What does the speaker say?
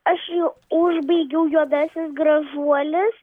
aš jau užbaigiau juodasis gražuolis